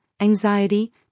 anxiety